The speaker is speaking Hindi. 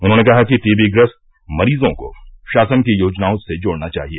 उन्होंने कहा कि टीबीग्रस्त मरीजों को शासन की योजनाओं से जोड़ना चाहिए